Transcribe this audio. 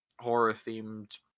horror-themed